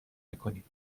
نکنید